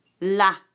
la